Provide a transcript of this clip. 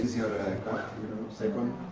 you're second!